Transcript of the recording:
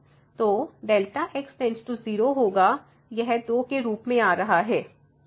तो Δ x→0 होगा यह 2 के रूप में आ रहा है